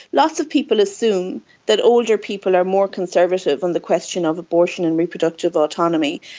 lots of people assume that older people are more conservative on the question of abortion and reproductive autonomy.